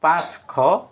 পাঁচশ